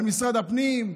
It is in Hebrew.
על משרד הפנים,